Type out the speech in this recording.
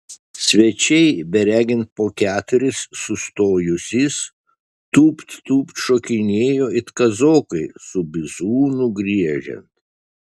svečiai beregint po keturis sustojusys tūpt tūpt šokinėjo it kazokui su bizūnu griežiant